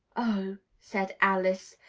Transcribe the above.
oh, said alice,